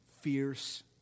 fierce